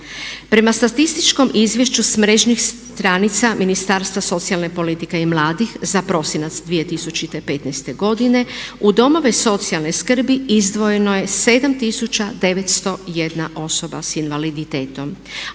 Prema statističkom izvješću s mrežnih stranica Ministarstva socijalne politike i mladih za prosinac 2015. godine u domove socijalne skrbi izdvojeno je 7901 osoba s invaliditetom,